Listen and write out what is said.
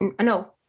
no